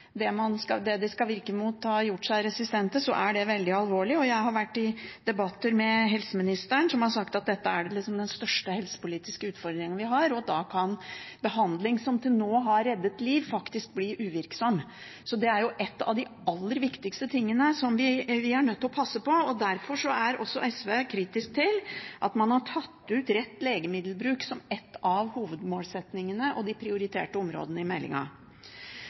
det den skal virke mot, er blitt gjort resistent, er det veldig alvorlig. Jeg har vært i debatter med helseministeren, som har sagt at dette er den største helsepolitiske utfordringen vi har, og at behandling som til nå har reddet liv, faktisk kan bli uvirksom. Så det er en av de aller viktigste tingene som vi er nødt til å passe på. Derfor er SV kritisk til at man har tatt ut rett legemiddelbruk som en av hovedmålsettingene og de prioriterte områdene i